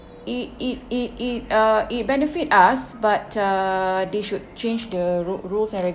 it it it it uh it benefit us but uh they should change the ru~ rules and